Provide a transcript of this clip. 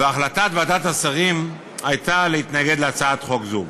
והחלטת ועדת השרים הייתה להתנגד להצעת חוק זו.